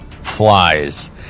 flies